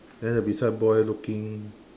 then the beside boy looking